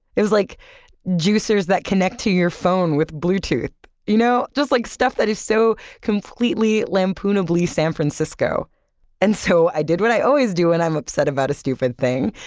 it was like juicers that connect to your phone with bluetooth, you know? just, like, stuff that is so completely lampoon-ably san francisco and so, i did what i always do when and i'm upset about a stupid thing,